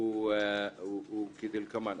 ובקצרה.